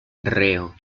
reo